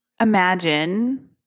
Imagine